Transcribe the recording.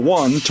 one